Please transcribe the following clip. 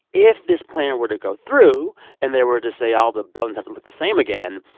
if this plan were to go through and they were to say all the buildings have to look the same again,